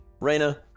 Reyna